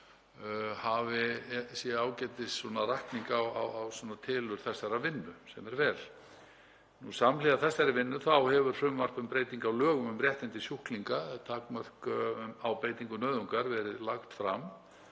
það sé ágætisrakning á tilurð þessarar vinnu sem er vel. Samhliða þessari vinnu hefur frumvarp um breytingu á lögum um réttindi sjúklinga, takmörk á beitingu nauðungar, verið lagt fram,